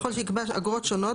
(3) במקום סעיף 214 יבוא: "אגרה בעד